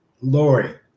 Lori